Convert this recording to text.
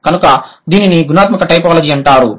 కనుక దీనిని గుణాత్మక టైపోలాజీ అంటారు